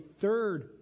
third